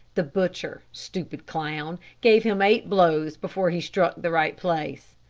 the butcher, stupid clown, gave him eight blows before he struck the right place.